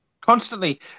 constantly